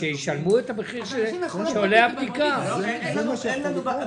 כבוד היושב-ראש,